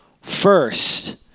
first